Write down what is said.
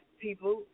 people